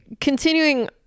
continuing